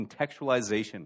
contextualization